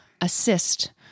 assist